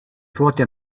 ruote